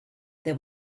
there